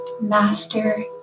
master